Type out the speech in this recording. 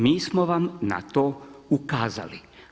Mi smo vam na to ukazali.